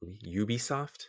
Ubisoft